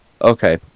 Okay